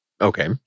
Okay